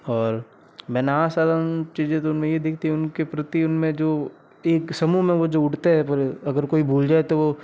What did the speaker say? और मैंने असाधारण चीज़ें जो उनमें यह देखी उनके प्रति उनमें जो एक समूह में वो जो उड़ते हैं पूरे अगर कोई भूल जाए तो